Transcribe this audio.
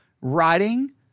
writing